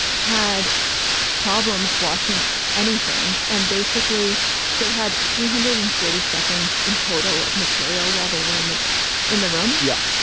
had problems watching anything. and basically they had three hundred and forty seconds in total of material while they were in the in the room. yeah.